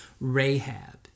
Rahab